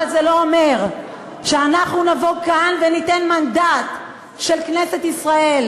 אבל זה לא אומר שאנחנו נבוא כאן וניתן מנדט של כנסת ישראל,